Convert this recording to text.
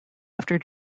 after